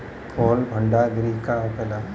Cold भण्डार गृह का होखेला?